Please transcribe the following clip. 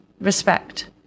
respect